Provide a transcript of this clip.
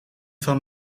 van